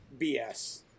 BS